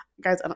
Guys